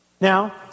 Now